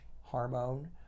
hormone